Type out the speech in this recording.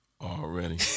Already